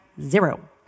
Zero